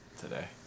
today